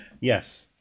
Yes